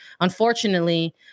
Unfortunately